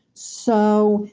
so,